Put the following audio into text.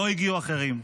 לא הגיעו אחרים.